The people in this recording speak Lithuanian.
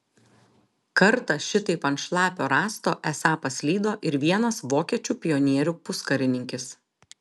kartą šitaip ant šlapio rąsto esą paslydo ir vienas vokiečių pionierių puskarininkis